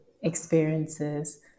experiences